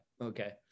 Okay